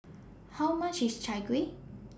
How much IS Chai Kueh